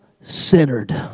centered